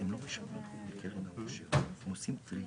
הבלו על דלק